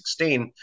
2016